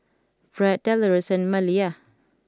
Bret Delores and Maleah